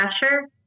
pressure